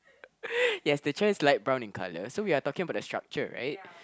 yes the chair is light brown in colour so we're talking about the structure right